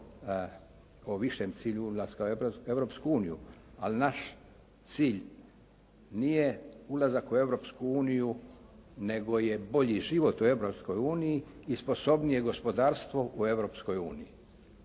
o višem cilju ulaska u Europsku uniju ali naš cilj nije ulazak u Europsku uniju nego je bolji život u Europskoj uniji i sposobnije gospodarstvo u Europskoj uniji.